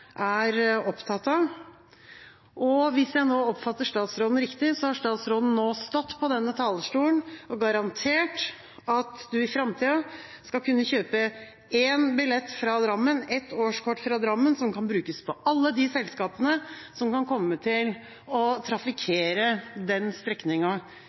er opptatt av. Hvis jeg oppfatter statsråden riktig, har statsråden nå stått på denne talerstolen og garantert at en i framtida skal kunne kjøpe én billett fra Drammen, ett årskort fra Drammen, som kan brukes hos alle de selskapene som kan komme til å trafikkere den strekninga